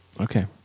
Okay